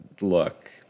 look